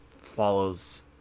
follows